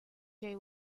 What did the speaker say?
jay